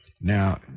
Now